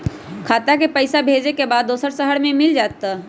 खाता के पईसा भेजेए के बा दुसर शहर में मिल जाए त?